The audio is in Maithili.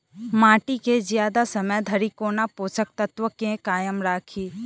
माटि केँ जियादा समय धरि कोना पोसक तत्वक केँ कायम राखि?